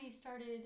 started